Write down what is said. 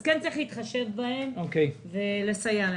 אז כן צריך להתחשב בהם ולסייע להם.